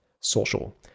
Social